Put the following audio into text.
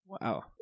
Wow